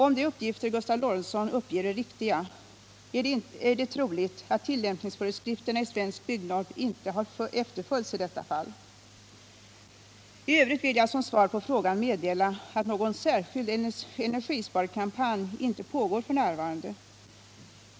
Om de uppgifter Gustav Lorentzon lämnar är riktiga är det troligt att tillämpningsföreskrifterna i Svensk byggnorm inte har efterföljts i detta fall. I övrigt vill jag som svar på frågan meddela, att någon särskild energisparkampanj inte pågår f.n.